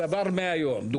צבר 100 יום, דוגמה.